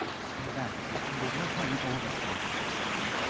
stay back, there's no point in all of us getting with something.